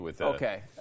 okay